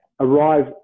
arrive